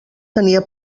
tenia